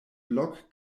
blok